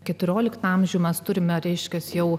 keturioliktą amžių mes turime reiškiasi jau